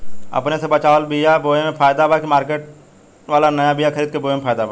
अपने से बचवाल बीया बोये मे फायदा बा की मार्केट वाला नया बीया खरीद के बोये मे फायदा बा?